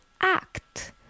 act